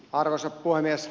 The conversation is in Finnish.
arvoisa puhemies